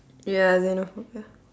ya xenophobia